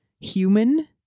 human